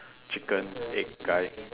chicken egg guy